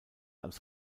als